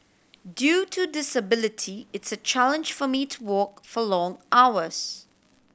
due to disability it's a challenge for me to walk for long hours